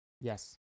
Yes